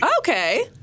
Okay